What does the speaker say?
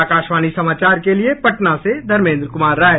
आकाशवाणी समाचार के लिये पटना से धर्मेन्द्र कुमार राय